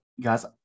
guys